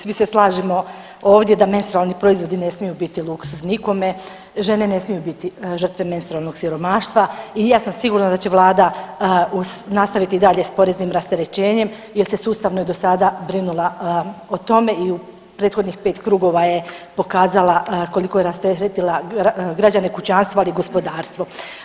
Svi se slažemo ovdje da menstrualni proizvodi ne smiju biti luksuz nikome, žene ne smiju biti žrtve menstrualnog siromaštva i ja sam sigurna da će Vlada nastaviti i dalje sa poreznim rasterećenjem jer se sustavno i do sada brinula o tome i u prethodnih pet krugova je pokazala koliko je rasteretila građane, kućanstva, ali i gospodarstvo.